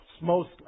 mostly